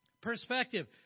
perspective